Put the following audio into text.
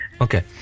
Okay